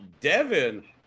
Devin